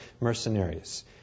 mercenaries